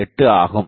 8 ஆகும்